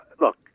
look